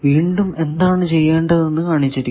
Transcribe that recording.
വീണ്ടും എന്താണ് ചെയ്യേണ്ടതെന്ന് കാണിച്ചിരിക്കുന്നു